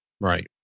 Right